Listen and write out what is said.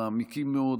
מעמיקים מאוד,